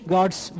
God's